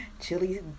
Chili